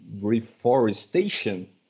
reforestation